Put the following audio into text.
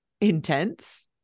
intense